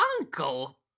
Uncle